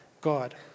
God